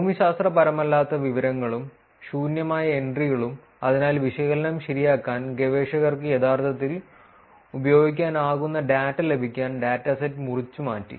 ഭൂമിശാസ്ത്രപരമല്ലാത്ത വിവരങ്ങളും ശൂന്യമായ എൻട്രികളും അതിനാൽ വിശകലനം ശരിയാക്കാൻ ഗവേഷകർക്ക് യഥാർത്ഥത്തിൽ ഉപയോഗിക്കാനാകുന്ന ഡാറ്റ ലഭിക്കാൻ ഡാറ്റാസെറ്റ് മുറിച്ചുമാറ്റി